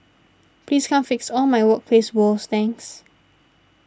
please come fix all my workplace woes thanks